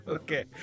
Okay